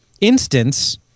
instance